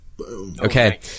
Okay